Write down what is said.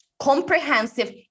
comprehensive